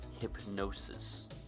hypnosis